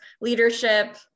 leadership